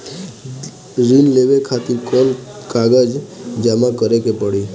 ऋण लेवे खातिर कौन कागज जमा करे के पड़ी?